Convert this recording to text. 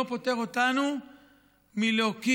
לא פוטר אותנו מלהוקיר,